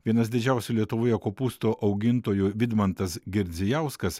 vienas didžiausių lietuvoje kopūstų augintojų vidmantas girdzijauskas